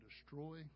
destroy